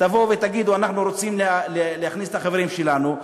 תבואו ותגידו: אנחנו רוצים להכניס את החברים שלנו.